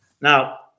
Now